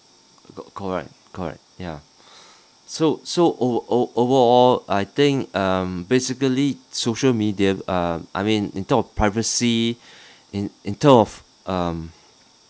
co~ correct correct ya so so o~ o~ overall I think um basically social media um I mean in term of privacy in in term of um